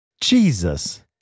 Jesus